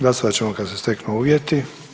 Glasovat ćemo kada se steknu uvjeti.